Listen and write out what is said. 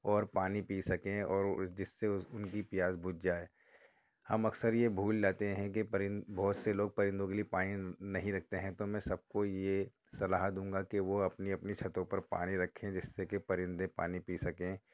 اور پانی پی سکیں اور جس سے اُس اُن کی پیاس بجھ جائے ہم اکثر یہ بھول جاتے ہیں کہ پرندے بہت سے لوگ پرندوں کے لیے پانی نہیں رکھتے ہیں تو میں سب کو یہ صلاح دوں گا کہ وہ اپنی اپنی چھتوں پر پانی رکھیں جس سے کہ پرندے پانی پی سکیں